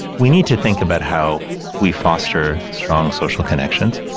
we need to think about how we foster strong social connections.